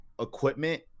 equipment